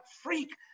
freak